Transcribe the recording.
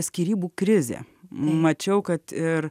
skyrybų krizė mačiau kad ir